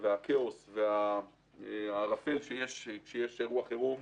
הכאוס והערפל שיש בעת אירוע חירום,